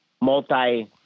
multi